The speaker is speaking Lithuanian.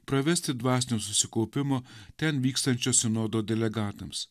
pravesti dvasinio susikaupimo ten vykstančio sinodo delegatams